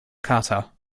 kater